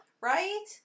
right